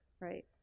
right